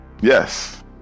Yes